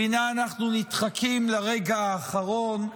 והינה אנחנו נדחקים לרגע האחרון.